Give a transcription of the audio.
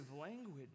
language